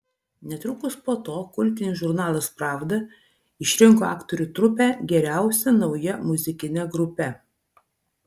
netrukus po to kultinis žurnalas pravda išrinko aktorių trupę geriausia nauja muzikine grupe